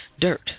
dirt